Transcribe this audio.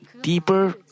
deeper